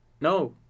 No